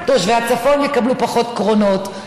תושבי הצפון יקבלו פחות קרונות.